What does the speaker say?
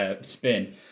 spin